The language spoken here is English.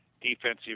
defensive